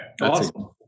Awesome